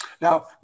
Now